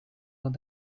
van